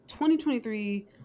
2023